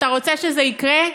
אתה רוצה שזה יקרה?